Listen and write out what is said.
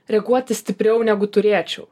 reaguoti stipriau negu turėčiau